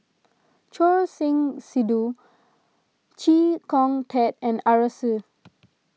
Choor Singh Sidhu Chee Kong Tet and Arasu